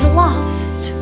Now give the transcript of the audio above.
lost